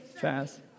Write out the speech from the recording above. fast